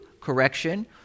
correction